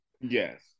Yes